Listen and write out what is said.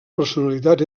personalitat